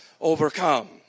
overcome